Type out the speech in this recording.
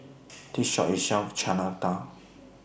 This Shop sells Chana Dal